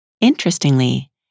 Interestingly